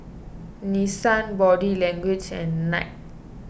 Nissan Body Language and Knight